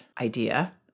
idea